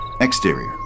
exterior